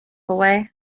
away